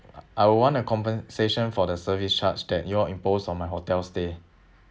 I would want a compensation for the service charge that you all imposed on my hotel stay